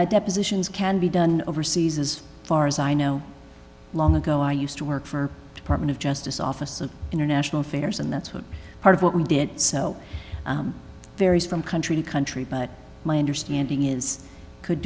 and depositions can be done overseas as far as i know long ago i used to work for department of justice office of international affairs and that's what part of what we did so varies from country to country but my understanding is could